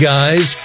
Guys